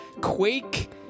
quake